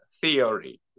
theory